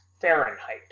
Fahrenheit